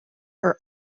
are